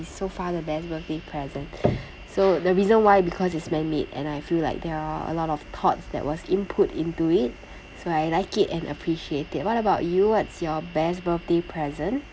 so far the best birthday present so the reason why because it's man made and I feel like there were a lot of thoughts that was input into it so I like it and appreciate it what about you what's your best birthday present